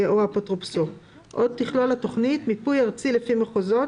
אפוטרופוסו; עוד תכלול התכנית מיפוי ארצי לפי מחוזות,